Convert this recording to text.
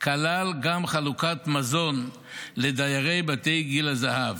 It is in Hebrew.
כלל גם חלוקת מזון לדיירי בתי גיל הזהב,